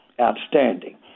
outstanding